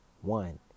one